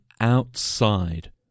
outside